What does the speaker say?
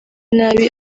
inabi